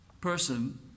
person